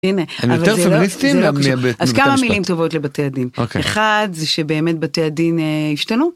הנה, אבל זה לא, זה לא... יותר פמיניסטי... אז כמה מילים טובות לבתי הדין: אחד, זה שבאמת בתי הדין השתנו.